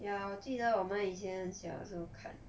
ya 我记得我们以前很小时候看